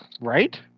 Right